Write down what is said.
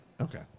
Okay